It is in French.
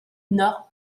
nord